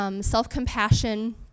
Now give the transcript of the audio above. self-compassion